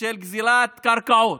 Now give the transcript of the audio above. של גזלת קרקעות,